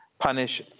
Punish